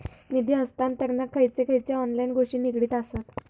निधी हस्तांतरणाक खयचे खयचे ऑनलाइन गोष्टी निगडीत आसत?